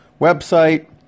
website